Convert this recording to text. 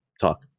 talk